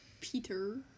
Peter